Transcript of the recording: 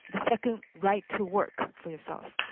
but second, right to work for yourself.